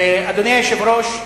אדוני היושב-ראש,